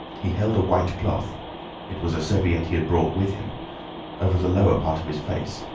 he held a white cloth it was a serviette he had brought with him over the lower part of his face,